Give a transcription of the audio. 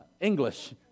English